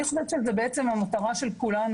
אני חושבת שזאת בעצם המטרה של כולנו,